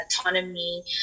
autonomy